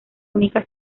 única